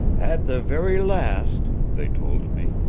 at the very last they told me,